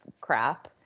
crap